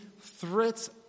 threats